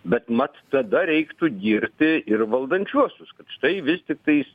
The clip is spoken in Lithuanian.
bet mat tada reiktų girti ir valdančiuosius kad štai vis tiktais